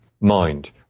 mind